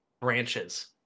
branches